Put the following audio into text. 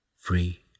free